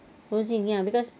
closing ya because